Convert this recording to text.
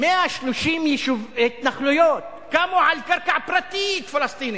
130 התנחלויות קמו על קרקע פרטית פלסטינית.